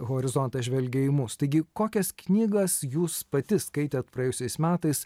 horizontas žvelgia į mus taigi kokias knygas jūs pati skaitėt praėjusiais metais